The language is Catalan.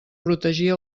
protegir